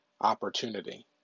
opportunity